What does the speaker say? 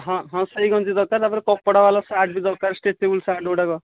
ହଁ ହଁ ସେହି ଗଞ୍ଜି ଦରକାର ଆଉ ତା'ପରେ ଆଉ କପଡ଼ା ଵାଲା ସାର୍ଟ ଦରକାର ଷ୍ଟ୍ରେଚିଙ୍ଗ ସାର୍ଟ ଗୁଡ଼ାକ